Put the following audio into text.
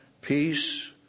peace